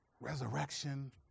Resurrection